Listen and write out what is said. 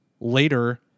later